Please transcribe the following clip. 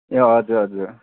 ए हजुर हजुर